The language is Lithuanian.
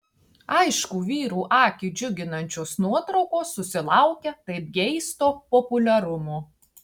aišku vyrų akį džiuginančios nuotraukos susilaukia taip geisto populiarumo